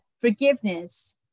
forgiveness